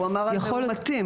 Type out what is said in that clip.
הוא אמר על מאומתים,